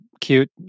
cute